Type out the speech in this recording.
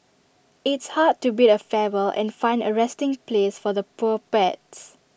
it's hard to bid A farewell and find A resting place for the poor pets